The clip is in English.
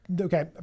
okay